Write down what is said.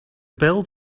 build